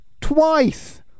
twice